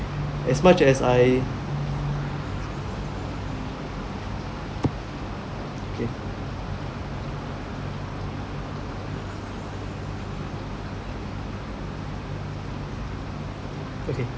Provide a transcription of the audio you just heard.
as much as I okay okay